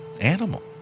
animal